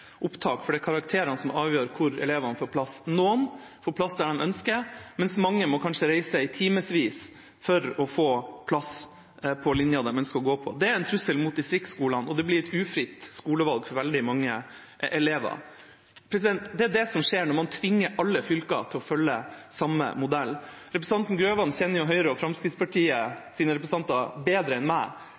opptak, for det er karakterene som avgjør hvor elevene får plass. Noen får plass der de ønsker, mens mange må reise kanskje i timevis for å få plass på den linja de ønsker å gå på. Det er en trussel mot distriktsskolene, og det blir et ufritt skolevalg for veldig mange elever. Det er det som skjer når man tvinger alle fylker til å følge samme modell. Representanten Grøvan kjenner jo Høyres og Fremskrittspartiets representanter bedre enn meg.